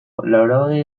laurogei